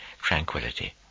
tranquility